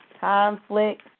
conflict